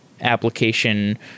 application